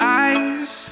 eyes